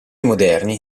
moderni